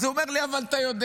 אז הוא אומר לי: אבל אתה יודע.